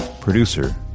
producer